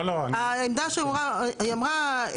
העמדה שאמרה,